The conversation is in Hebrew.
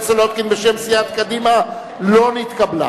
סולודקין בשם סיעת קדימה לא נתקבלה.